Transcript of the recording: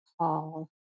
call